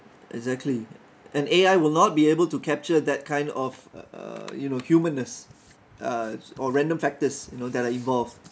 exactly and A_I will not be able to capture that kind of uh you know humanness uh random factors you know that are evolved